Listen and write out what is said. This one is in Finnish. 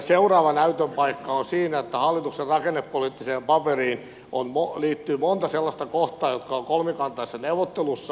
seuraava näytön paikka on siinä että hallituksen rakennepoliittiseen paperiin liittyy monta sellaista kohtaa jotka ovat kolmikantaisessa neuvottelussa